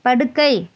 படுக்கை